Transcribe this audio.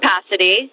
capacity